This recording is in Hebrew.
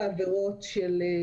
במיוחד לאור העובדה שמתקן חולות נסגר